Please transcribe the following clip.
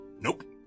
Nope